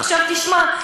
עכשיו, תשמע.